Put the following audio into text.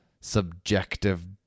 subjective